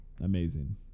amazing